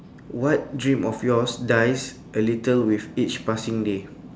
what dream of yours dies a little with each passing day